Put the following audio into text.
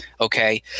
okay